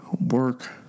work